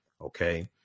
Okay